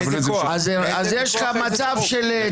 מכוח איזה חוק?